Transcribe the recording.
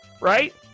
right